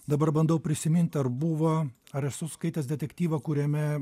dabar bandau prisimint ar buva ar esu skaitęs detektyvą kuriame